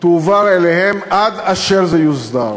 תועבר אליהם, עד אשר זה יוסדר.